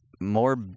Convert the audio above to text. more